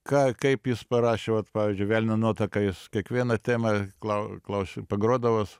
ką kaip jis parašė vat pavyzdžiui velnio nuotaka jis kiekvieną temą klau klausia pagrodavos